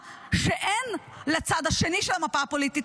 וזה בסדר מבחינת האופוזיציה,